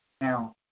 Now